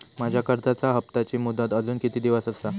माझ्या कर्जाचा हप्ताची मुदत अजून किती दिवस असा?